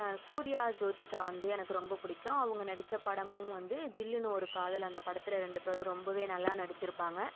சூர்யா ஜோதிகா வந்து எனக்கு ரொம்ப பிடிக்கும் அவங்க நடித்த படமும் வந்து ஜில்லுனு ஒரு காதல் அந்த படத்தில் ரெண்டு பேரும் ரொம்பவே நல்லா நடிச்சுருப்பாங்க